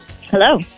Hello